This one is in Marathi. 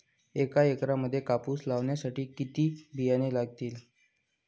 एका एकरामध्ये कापूस लावण्यासाठी किती बियाणे लागेल?